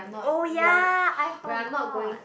oh ya I forgot